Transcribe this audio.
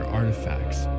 artifacts